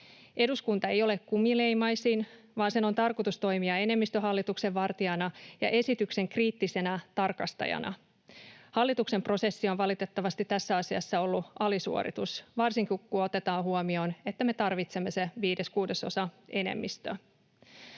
Eduskunta ei ole kumileimaisin, vaan sen on tarkoitus toimia enemmistöhallituksen vartijana ja esityksen kriittisenä tarkastajana. Hallituksen prosessi on valitettavasti tässä asiassa ollut alisuoritus, varsinkin kun otetaan huomioon, että me tarvitsemme sen viiden kuudesosan enemmistön.